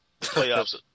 playoffs